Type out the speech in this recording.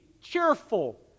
cheerful